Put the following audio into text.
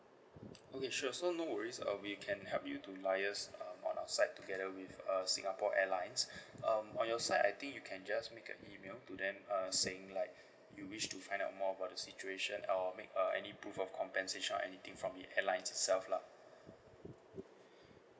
okay sure so no worries uh we can help you to liaise uh our side together with uh singapore airlines um on your side I think you can just make a email to them uh saying like you wish to find out more about the situation I'll make uh any proof of compensation or anything from it airline itself lah